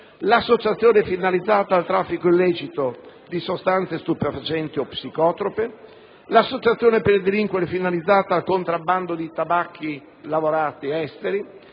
associazione finalizzata al traffico illecito di sostanze stupefacenti o psicotrope; associazione per delinquere finalizzata al contrabbando di tabacchi lavorati esteri;